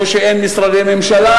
שבה אין משרדי ממשלה,